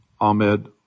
Ahmed